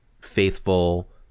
faithful